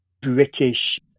British